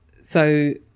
so,